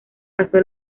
pasó